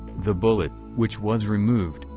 the bullet, which was removed,